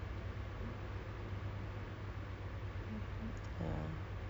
the pay isn't good then it's tough times [what] right now